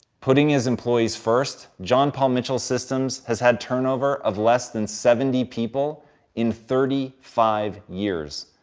putting his employees first, john paul mitchell systems has had turnover of less than seventy people in thirty five years.